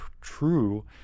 true